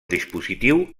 dispositiu